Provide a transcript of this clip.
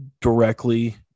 directly